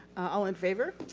all in favor?